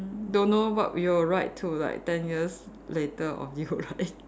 don't know what we will write to like ten years later of you right